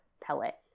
pellet